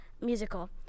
musical